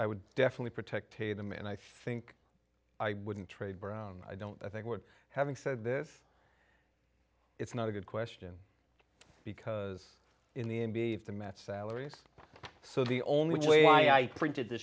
i would definitely protected them and i think i wouldn't trade brown i don't i think we're having said this it's not a good question because in the n b a if the mets salary is so the only way i printed th